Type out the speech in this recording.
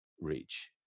Reach